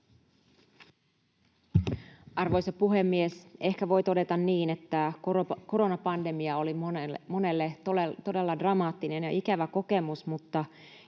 Arvoisa puhemies! Ehkä voi todeta niin, että koronapandemia oli monelle todella dramaattinen ja ikävä kokemus, mutta